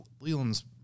Leland's